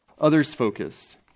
Others-focused